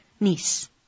niece